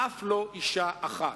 אף לא אשה אחת.